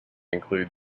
include